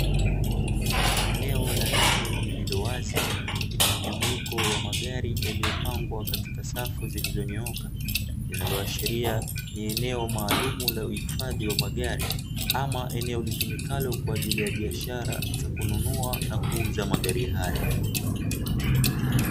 Eneo la nje lililo wazi, lenye mjumuiko wa magari yaliyopangwa katika safu zilizonyooka, linaloashiria ni eneo maalum la uhifadhi wa magari, ama eneo ulitumikalo kwa ajili ya biashara za kununua na kuuza magari hayo.